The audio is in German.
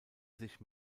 sich